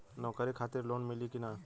नौकरी खातिर लोन मिली की ना?